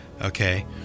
Okay